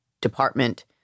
department